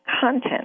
content